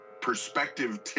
perspective